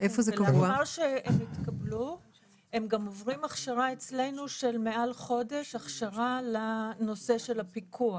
הם גם עוברים אצלנו הכשרה לנושא של הפיקוח,